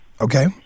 Okay